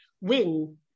win